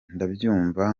ndabyumva